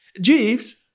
Jeeves